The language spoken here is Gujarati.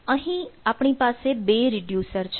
અહીં આપણી પાસે ૨ રિડ્યુસર છે